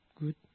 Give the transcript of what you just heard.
good